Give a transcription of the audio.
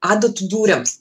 adatų dūriams